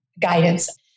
guidance